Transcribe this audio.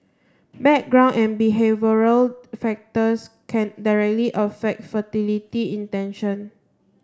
background and behavioural factors can directly affect fertility intention